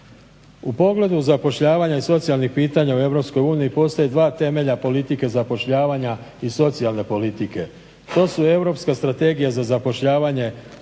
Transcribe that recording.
U pogledu zapošljavanja i socijalnih pitanja u Europskoj uniji postoje dva temelja politike zapošljavanja i socijalne politike. To su Europska strategija za zapošljavanje